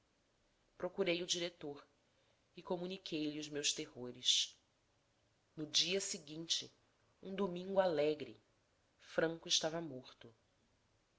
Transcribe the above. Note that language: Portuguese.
procurei o diretor e comuniquei lhe os meus terrores no dia seguinte um domingo alegre franco estava morto